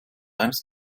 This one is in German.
eines